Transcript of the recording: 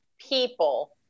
people